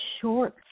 short